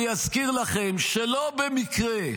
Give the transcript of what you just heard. שלא במקרה,